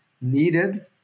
needed